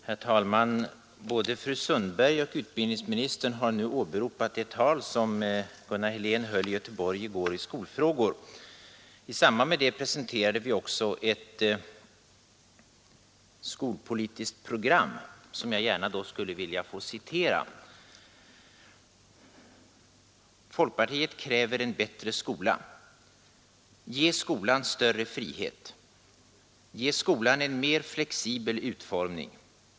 Herr talman! Både fru Sundberg och utbildningsministern har nu åberopat ett tal i skolfrågor som Gunnar Helén höll i Göteborg i går. I samband med detta presenterade vi också ett skolpolitiskt program, som jag skulle vilja in extenso citera: Ge skolan en mer flexibel utformning.